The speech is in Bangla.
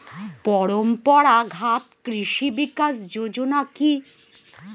পরম্পরা ঘাত কৃষি বিকাশ যোজনা কি?